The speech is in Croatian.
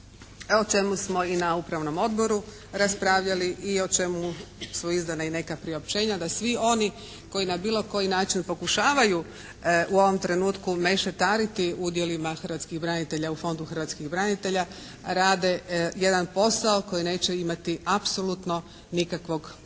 o čemu smo i na upravnom odboru raspravljali i o čemu su izdana i neka priopćenja, da svi oni koji na bilo koji način pokušavaju u ovom trenutku mešetariti udjelima hrvatskih branitelja u Fondu hrvatskih branitelja, rade jedan posao koji neće imati apsolutno nikakvog pravnog